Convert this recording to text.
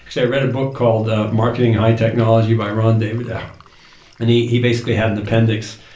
because i read a book called the marketing high technology by ron david and he he basically had an appendix.